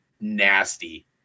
nasty